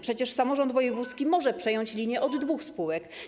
Przecież samorząd wojewódzki może przejąć linie od dwóch spółek.